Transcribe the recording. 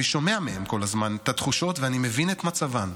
אני שומע מהם כל הזמן את התחושות ואני מבין את מצבן.